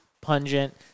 pungent